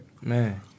man